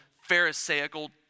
pharisaical